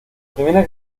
primera